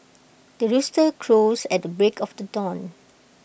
the rooster crows at the break of the dawn